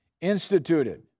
instituted